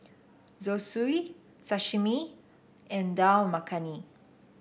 Zosui Sashimi and Dal Makhani